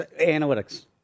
analytics